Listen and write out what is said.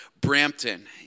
Brampton